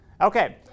Okay